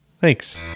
thanks